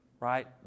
right